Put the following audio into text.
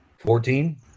Fourteen